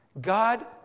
God